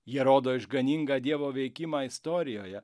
jie rodo išganingą dievo veikimą istorijoje